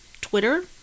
Twitter